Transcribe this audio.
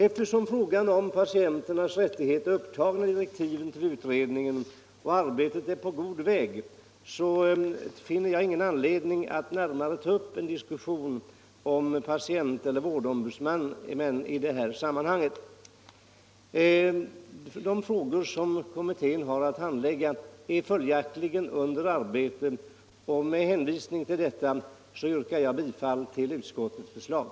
Eftersom frågan om patienternas rättigheter ingår i direktiven till utredningen och arbetet är på god väg finner jag ingen anledning att närmare ta upp en diskussion om patienteller vårdombudsmän i detta sam 1 Insyn, integritet och rättssäkerhet inom sjukvården manhang. De frågor som kommittén har att handlägga är alltså under arbete, och med hänvisning till detta yrkar jag bifall till utskottets förslag.